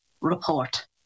report